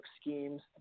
schemes